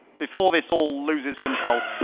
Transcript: before this all loses control,